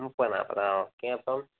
മുപ്പത് നാൽപ്പത് ആ ഓക്കെ അപ്പം